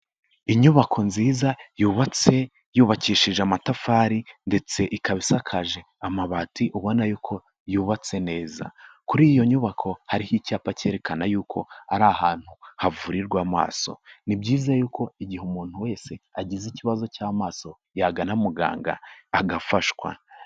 Inyubako nziza yubatse yubakishije amatafari ndetse ikaba isakaje amabati ubona yuko yubatse neza, kuri iyo nyubako hariho icyapa cyerekana yuko ari ahantu havurirwa amaso, ni byiza yuko igihe umuntu wese agize ikibazo cy'amaso yagana muganga agafashwa.